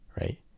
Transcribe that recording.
right